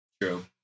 true